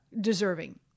deserving